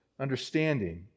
understanding